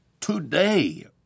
today